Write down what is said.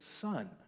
son